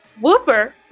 Whooper